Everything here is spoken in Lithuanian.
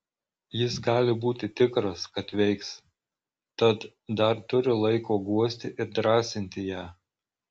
jis gali būti tikras kad veiks tad dar turi laiko guosti ir drąsinti ją